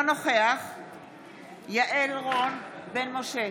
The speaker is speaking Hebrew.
יעל רון בן משה,